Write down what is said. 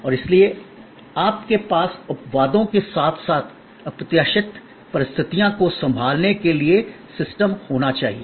और इसलिए आपके पास अपवादों के साथ साथ अप्रत्याशित परिस्थितियों को संभालने के लिए सिस्टम होना चाहिए